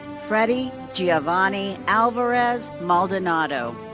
fredy geovanny alvarez maldonado.